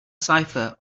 cipher